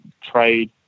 trade